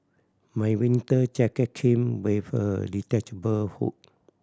my winter jacket came with a detachable hood